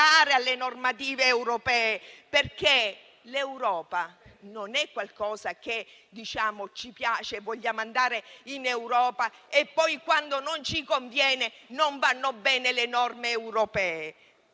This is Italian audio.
alle normative europee, perché l'Europa non è qualcosa che diciamo che ci piace e dove vogliamo andare, ma poi, quando non ci conviene, non vanno bene le norme europee.